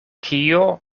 kio